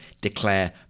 declare